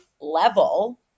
level